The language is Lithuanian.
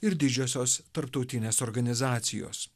ir didžiosios tarptautinės organizacijos